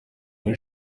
muri